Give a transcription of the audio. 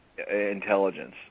Intelligence